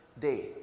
day